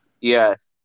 Yes